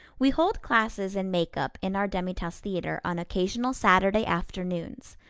we hold classes in makeup in our demi-tasse theatre on occasional saturday afternoons.